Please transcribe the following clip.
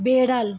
বেড়াল